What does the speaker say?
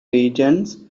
regions